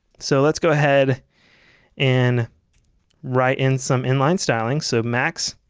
so let's go ahead and write in some inline styling. so max-height,